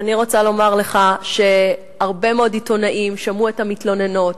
אני רוצה לומר לך שהרבה מאוד עיתונאים שמעו את המתלוננות,